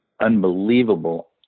unbelievable